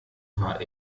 war